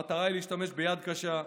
המטרה היא להשתמש ביד קשה,